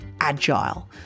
agile